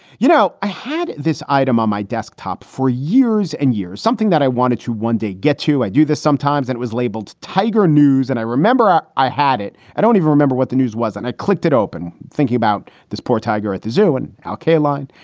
you know, i had this item on my desktop for years years and years, something that i wanted to one day get to, i do this sometimes it was labeled tiger news and i remember ah i had it. i don't even remember what the news was. and i clicked it open thinking about this poor tiger at the zoo and alkaline.